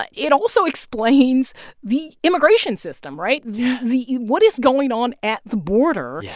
but it also explains the immigration system, right? yeah the what is going on at the border. yeah.